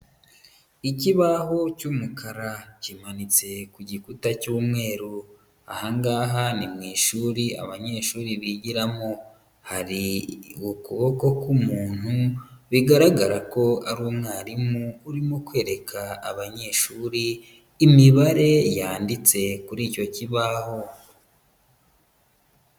Ikibaho cy'umukara kimanitse ku gikuta cy'umweru, aha ngaha ni mu ishuri abanyeshuri bigiramo hari ukuboko ku muntu bigaragara ko ari umwarimu urimo kwereka abanyeshuri imibare yanditse kuri icyo kibaho.